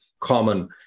common